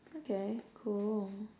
okay cool